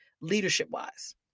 leadership-wise